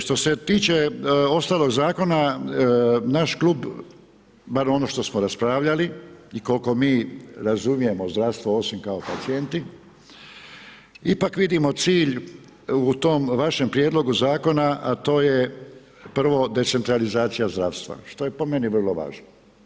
Što se tiče ostalog zakona, naš klub, bar ono što smo raspravljali, i koliko mi razumijemo zdravstvo osim kao pacijenti, ipak vidimo cilj u tom vašem prijedlogu zakona a to je prvo, decentralizacija zdravstva što je po meni vrlo važno.